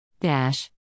Dash